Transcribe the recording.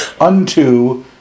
unto